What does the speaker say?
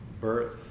birth